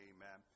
Amen